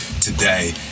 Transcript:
today